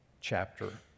chapter